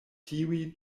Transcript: tiuj